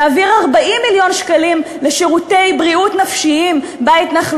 להעביר 40 מיליון שקלים לשירותי בריאות נפש בהתנחלויות.